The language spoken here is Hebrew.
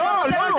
לא.